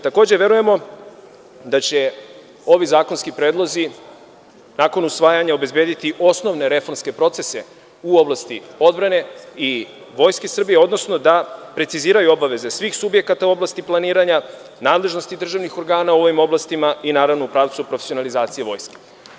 Takođe, verujemo da će ovi zakonski predlozi nakon usvajanja obezbediti osnovne reformske procese u oblasti odbrane i Vojske Srbije, odnosno da preciziraju obaveze svih subjekata u oblasti planiranja, nadležnosti državnih organa u ovim oblastima i, naravno, u pravcu profesionalizacije vojske.